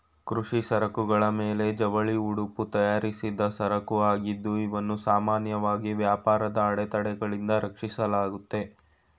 ಕೃಷಿ ಸರಕುಗಳ ಮೇಲೆ ಜವಳಿ ಉಡುಪು ತಯಾರಿಸಿದ್ದ ಸರಕುಆಗಿದ್ದು ಇವನ್ನು ಸಾಮಾನ್ಯವಾಗಿ ವ್ಯಾಪಾರದ ಅಡೆತಡೆಗಳಿಂದ ರಕ್ಷಿಸಲಾಗುತ್ತೆ